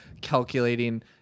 calculating